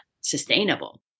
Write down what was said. sustainable